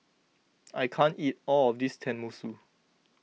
I can't eat all of this Tenmusu